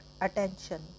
attention